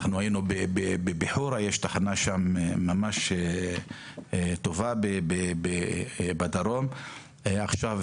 בחורה, בדרום, יש תחנה ממש טובה, עכשיו,